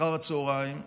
אחר הצוהריים,